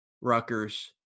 Rutgers